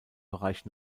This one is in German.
bereich